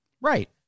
Right